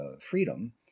freedom